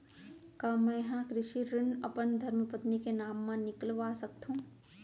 का मैं ह कृषि ऋण अपन धर्मपत्नी के नाम मा निकलवा सकथो?